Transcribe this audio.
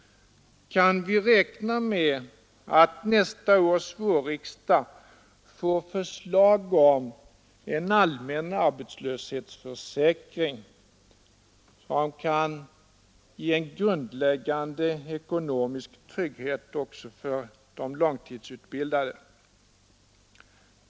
Kan vi räkna med att nästa års vårriksdag får förslag om en allmän arbetslöshetsförsäkring, som kan ge en grundläggande ekonomisk trygghet också för de långtidsutbildade?